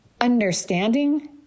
understanding